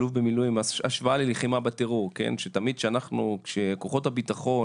אלוף במילואים השוואה ללחימה בטרור: כשכוחות הבטחון